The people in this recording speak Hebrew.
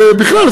ובכלל,